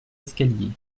escaliers